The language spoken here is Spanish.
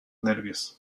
nervios